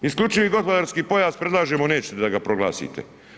Isključivi gospodarski pojas predlažemo, nećete da ga proglasite.